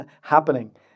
happening